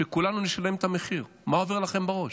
שכולנו נשלם את המחיר, מה עובר לכם בראש?